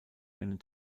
einen